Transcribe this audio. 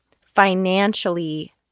financially